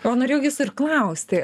o norėjau jūsų ir klausti